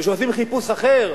וכשעושים חיפוש אחר,